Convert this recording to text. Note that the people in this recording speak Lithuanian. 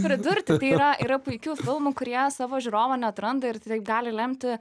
pridurti tai yra yra puikių filmų kurie savo žiūrovo neatranda ir tai gali lemti